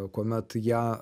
kuomet ją